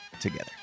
together